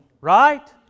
Right